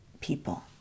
people